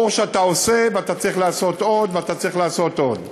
ברור שאתה עושה ואתה צריך לעשות עוד ואתה צריך לעשות עוד.